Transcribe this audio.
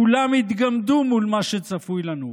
כולם יתגמדו מול מה שצפוי לנו.